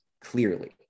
clearly